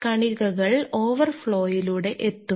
കണികകൾ ഓവർ ഫ്ളോയിലൂടെ എത്തും